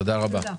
תודה רבה .